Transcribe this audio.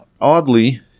oddly